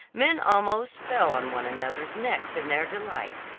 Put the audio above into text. men almost fell on one another's necks in their delight.